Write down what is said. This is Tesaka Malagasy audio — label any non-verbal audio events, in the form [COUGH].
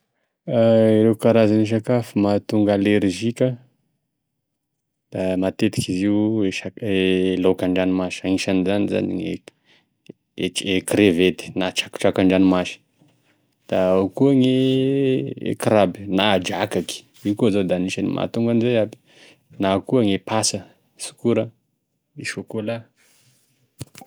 [HESITATION] Ireo karazan'e sakafo mahatonga alerizika da matetiky izy io e isak- [HESITATION] laoky andranomasy, agnisan'izanyzany gne krevity na trakotrako andranomasy, da ao koa gny [HESITATION] crabe na drakaky, io koa zao da agnisan'e mahatonga anizany agnaby, na koa e pasa na tsokora, e chocolat.